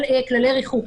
על כללי ריחוק.